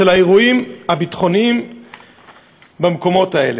האירועים הביטחוניים במקומות האלה.